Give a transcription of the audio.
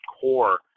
core